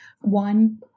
One